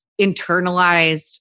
internalized